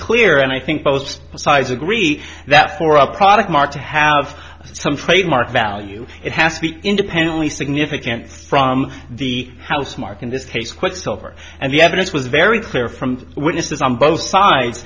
clear and i think both sides agree that for a product mart to have some trademark value it has to be independently significant from the house mark in this case quicksilver and the evidence was very clear from witnesses on both sides